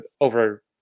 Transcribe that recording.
over